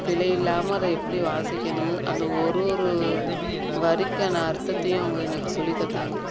பிழை இல்லாமல் அதை எப்படி வாசிக்கணும் அந்த ஒரு ஒரு வரிக்கான அர்த்தத்தையும் அவங்க எங்களுக்கு சொல்லி தந்தாங்க